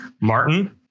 Martin